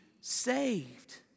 saved